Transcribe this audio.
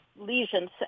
lesions